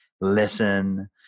listen